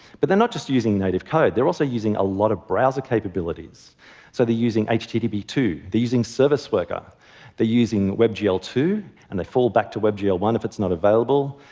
but they're not just using native code, they're also using a lot of browser capabilities so they're using h t t p two, they're using service worker they're using web g l two, and they fall back to web g l one if it's not available.